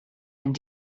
and